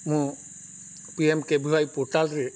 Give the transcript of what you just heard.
ମୁଁ ପିଏମ୍କେଭିୱାଇ ପୋର୍ଟାଲ୍ରେ